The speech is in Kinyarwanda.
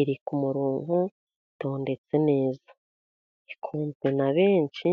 iri ku murongo itondetse neza, ikunzwe na benshi,